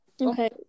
Okay